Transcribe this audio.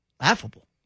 laughable